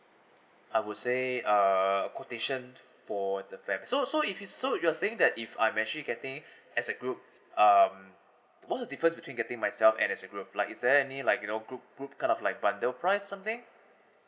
I would say uh quotation for the fam~ so so if it's group you're saying that if I'm actually getting as a group um what the difference between getting myself and as a group like is there any like you know group group kind of like bundle price something